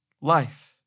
life